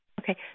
Okay